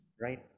right